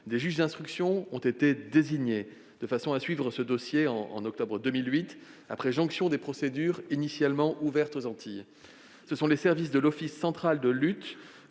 Des juges d'instruction ont été désignés, en octobre 2008, pour suivre ce dossier, après jonction des procédures initialement ouvertes aux Antilles. Ce sont les services de l'Office central de lutte